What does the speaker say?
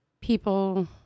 People